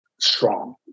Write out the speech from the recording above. strong